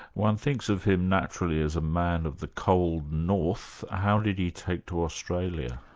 one thinks of him naturally as a man of the cold north how did he take to australia?